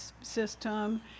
system